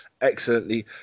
excellently